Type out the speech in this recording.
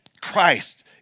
Christ